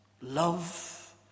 love